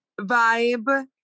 vibe